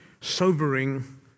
sobering